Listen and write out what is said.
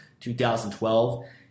2012